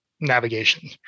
navigation